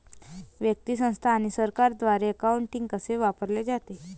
व्यक्ती, संस्था आणि सरकारद्वारे अकाउंटिंग कसे वापरले जाते